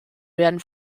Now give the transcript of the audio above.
werden